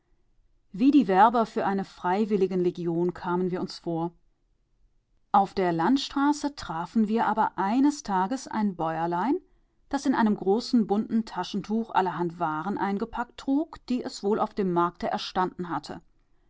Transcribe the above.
wie die werber für eine freiwilligenlegion kamen wir uns vor auf der landstraße trafen wir aber eines tages ein bäuerlein das in einem großen bunten taschentuch allerhand waren eingepackt trug die es wohl auf dem markte erstanden hatte